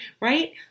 right